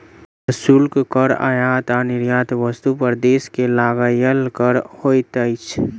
प्रशुल्क कर आयात आ निर्यात वस्तु पर देश के लगायल कर होइत अछि